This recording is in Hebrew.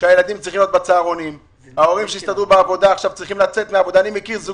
אני מבקש לתת לנו